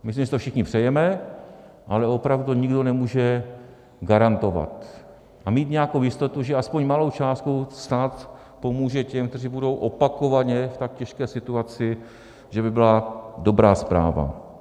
Myslím, že si to všichni přejeme, ale opravdu nikdo nemůže garantovat a mít nějakou jistotu, že aspoň malou částkou stát pomůže těm, kteří budou opakovaně v tak těžké situaci, že by byla dobrá zpráva.